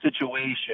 situation